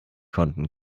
konnten